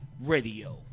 Radio